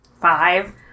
five